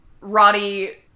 Roddy